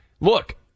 look